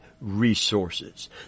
resources